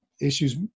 issues